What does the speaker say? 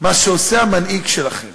מה שעושה המנהיג שלכם